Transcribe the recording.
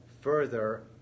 further